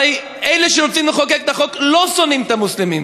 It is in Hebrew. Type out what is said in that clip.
הרי אלה שרוצים לחוקק את החוק לא שונאים את המוסלמים,